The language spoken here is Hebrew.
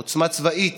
עוצמה צבאית,